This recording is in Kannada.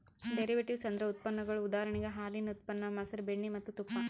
ಡೆರಿವೆಟಿವ್ಸ್ ಅಂದ್ರ ಉತ್ಪನ್ನಗೊಳ್ ಉದಾಹರಣೆಗ್ ಹಾಲಿನ್ ಉತ್ಪನ್ನ ಮಸರ್, ಬೆಣ್ಣಿ ಮತ್ತ್ ತುಪ್ಪ